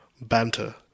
banter